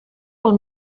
pel